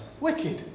Wicked